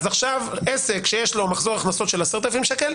אז עכשיו עסק שיש לו מחזור הכנסות של 10,000 שקל,